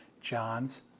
John's